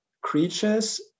creatures